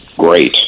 great